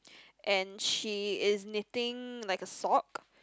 and she is knitting like a sock